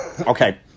okay